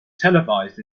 televised